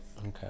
Okay